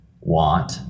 want